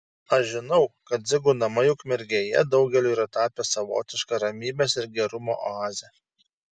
aš žinau kad dzigų namai ukmergėje daugeliui yra tapę savotiška ramybės ir gerumo oaze